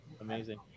Amazing